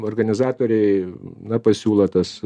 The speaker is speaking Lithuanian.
organizatoriai na pasiūlo tas